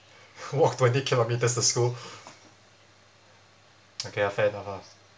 walk twenty kilometres to school okay ah fair enough ah